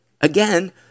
Again